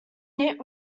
knit